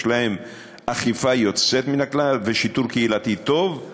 יש להם אכיפה יוצאת מן הכלל ושיטור קהילתי טוב,